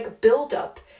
buildup